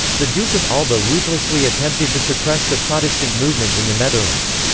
the duke of alba ruthlessly attempted to suppress the protestant movement in the netherlands.